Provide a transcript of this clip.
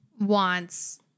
wants